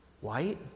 white